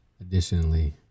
Additionally